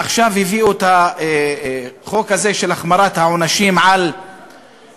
עכשיו הביאו את החוק הזה של החמרת העונשים על מלינים,